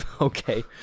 Okay